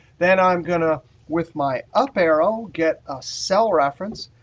then i'm going to with my up arrow get a cell reference,